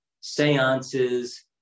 Seances